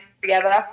together